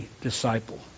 disciple